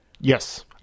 Yes